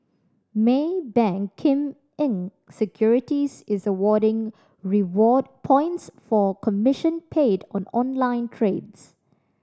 Maybank Kim Eng Securities is awarding reward points for commission paid on online trades